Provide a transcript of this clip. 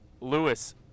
Lewis